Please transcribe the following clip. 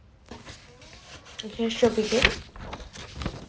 okay should begin